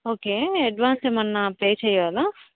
okay advance ఏమన్నా pay చేయ్యాలా